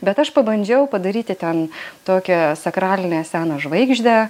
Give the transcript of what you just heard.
bet aš pabandžiau padaryti ten tokią sakralinę seną žvaigždę